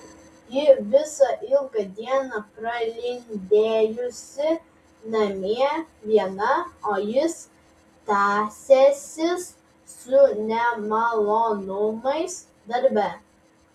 ji visą ilgą dieną pralindėjusi namie viena o jis tąsęsis su nemalonumais darbe